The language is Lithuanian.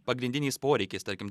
pagrindiniais poreikiais tarkim